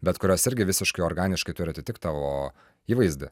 bet kurios irgi visiškai organiškai turi atitikt tavo įvaizdį